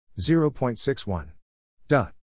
0.61